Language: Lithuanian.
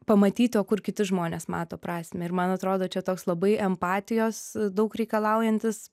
pamatytų o kur kiti žmonės mato prasmę ir man atrodo čia toks labai empatijos daug reikalaujantis